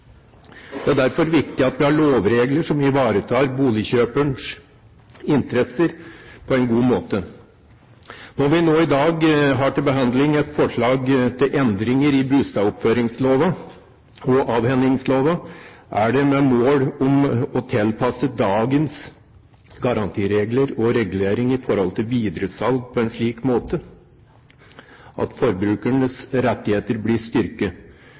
Det er derfor viktig at vi har lovregler som ivaretar boligkjøperes interesser på en god måte. Når vi nå i dag har til behandling et forslag til endringer i bustadoppføringslova og avhendingslova, er det med det mål å tilpasse dagens garantiregler og regulering i forhold til videresalg på en slik måte at forbrukernes rettigheter blir styrket.